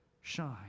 shine